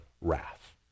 wrath